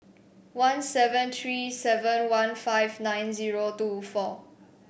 one seven three seven one five nine zero two four